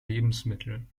lebensmittel